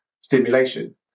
stimulation